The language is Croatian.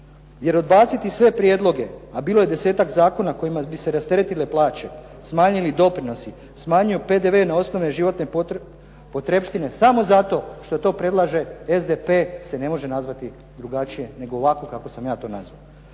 Jer, odbaciti sve prijedloga bilo je desetak zakona kojima bi se rasteretile plaće, smanjili doprinosi, smanjio PDV na osnovne životne potrepštine samo zato što to predlaže SDP se ne može nazvati drugačije nego ovako kako sam ja to nazvao.